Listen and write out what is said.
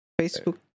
Facebook